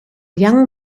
young